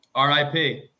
RIP